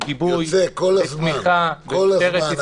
גיבוי ותמיכה במשטרת ישראל -- יוצאים כל הזמן,